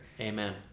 amen